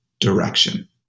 direction